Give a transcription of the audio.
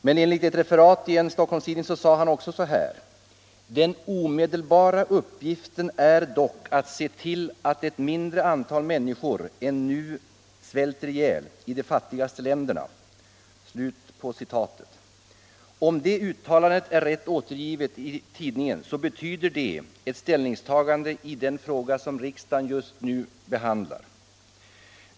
Men enligt referatet i en stockholmstidning sade han också så här: ”Den omedelbara uppgiften är dock att se till att ett mindre antal människor än nu svälter ihjäl i de fattigaste länderna.” Om det uttalandet är rätt återgivet i tidningen betyder det ett ställningstagande i den fråga som riksdagen just nu diskuterar.